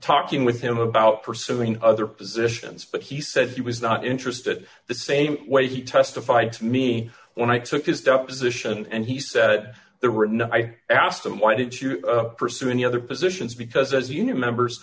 talking with him about pursuing other positions but he said he was not interested in the same way he testified to me when i took his deposition and he said there were none i asked him why didn't you pursue any other positions because as you know members